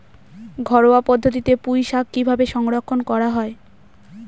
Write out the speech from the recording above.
ঘরোয়া পদ্ধতিতে পুই শাক কিভাবে সংরক্ষণ করা হয়?